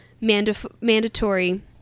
mandatory